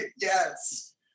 yes